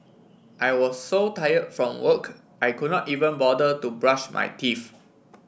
I was so tired from work I could not even bother to brush my teeth